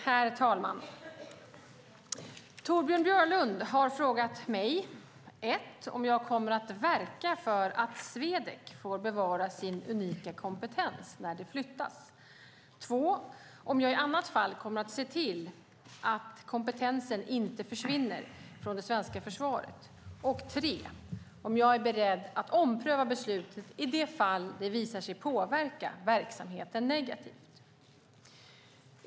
Herr talman! Torbjörn Björlund har frågat mig 1. om jag kommer att verka för att Swedec får bevara sin unika kompetens när det flyttas 2. om jag i annat fall kommer att se till att kompetensen inte försvinner från det svenska försvaret, och 3. om jag är beredd att ompröva beslutet i det fall det visar sig påverka verksamheten negativt.